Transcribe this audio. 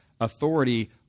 authority